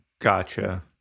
Gotcha